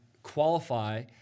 qualify